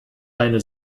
eine